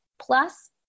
plus